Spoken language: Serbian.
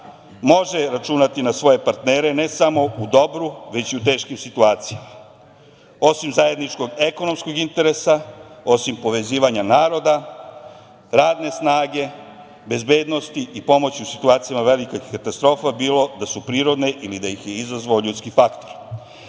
može računati na svoje partnere ne samo u dobru već i u teškim situacijama. Osim zajedničkog ekonomskog interesa, osim povezivanja naroda, radne snage, bezbednosti i pomoći u situacijama velikih katastrofa bilo da su prirodne ili da ih je izazvao ljudski faktor.